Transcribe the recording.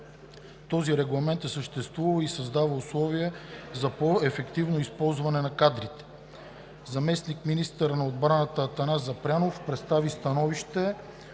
Този регламент е съществувал и създава условия за по-ефективно използване на кадрите.